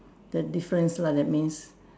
the difference lah that means